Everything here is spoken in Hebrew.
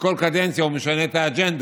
וכל קדנציה הוא משנה את האג'נדה.